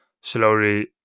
slowly